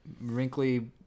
Wrinkly